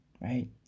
Right